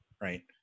Right